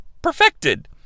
perfected